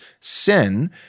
sin